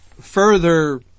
further